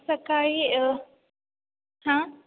सकाळी हां